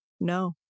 no